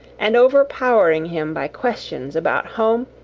and overpowering him by questions about home,